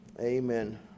Amen